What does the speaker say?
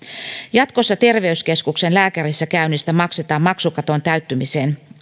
jatkossa terveyskeskuksessa lääkärissä käynnistä maksetaan maksukaton täyttymiseen